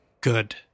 Good